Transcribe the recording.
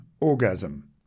orgasm